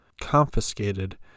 confiscated